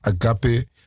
Agape